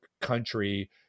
country